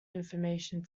information